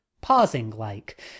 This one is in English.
pausing-like